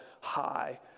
high